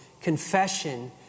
confession